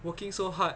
working so hard